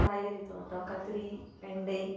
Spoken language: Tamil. காய்கறி தோட்டம் கத்தரி வெண்டை